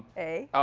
a.